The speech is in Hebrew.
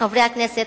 עובדי הכנסת,